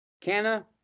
Canna